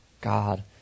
God